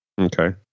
Okay